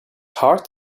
heart